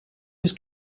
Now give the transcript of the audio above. yüz